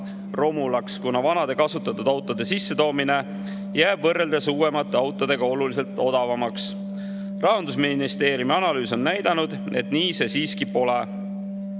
[imporditud] vanad kasutatud autod jäävad võrreldes uuemate autodega oluliselt odavamaks. Rahandusministeeriumi analüüs on näidanud, et nii see siiski pole.